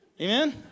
Amen